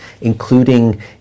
including